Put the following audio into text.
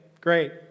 great